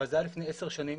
אבל הדו"ח היה לפני עשר שנים,